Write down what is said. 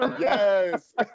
Yes